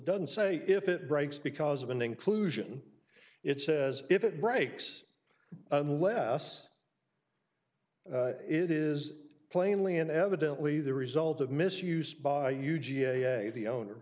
doesn't say if it breaks because of an inclusion it says if it breaks unless it is plainly and evidently the result of misuse by u g a the owner